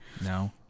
no